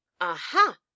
Aha